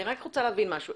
אני רוצה להבין משהו.